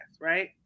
right